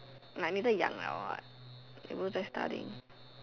like 你的养了 what 你不在 studying